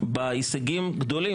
בהישגים גדולים,